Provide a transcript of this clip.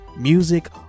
music